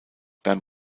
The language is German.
beim